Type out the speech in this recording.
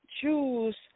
choose